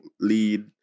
lead